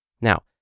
Now